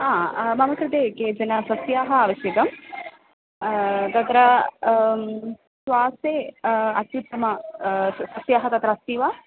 आ मम कृते केचन सस्यानि आवश्यकं तत्र श्वासे अत्युत्तमं सस्यं तत्र अस्ति वा